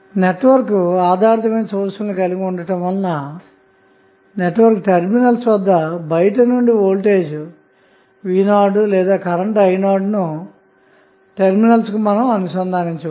network ఆధారితమైన source లను కలిగి ఉండుటవలన నెట్వర్క్ టెర్మినల్స్ వద్ద బయటి నుండి వోల్టేజ్v 0లేదా కరెంటు i 0 ను టెర్మినల్స్ కు అను సంధానించ వచ్చు